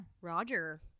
Roger